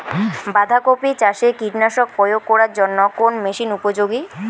বাঁধা কপি চাষে কীটনাশক প্রয়োগ করার জন্য কোন মেশিন উপযোগী?